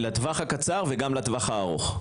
לטווח הקצר וגם לטווח הארוך.